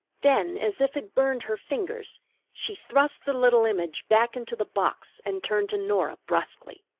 then as if it burned her fingers she thrust the little image back into the box and turned to norah brusquely.